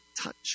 Touch